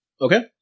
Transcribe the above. Okay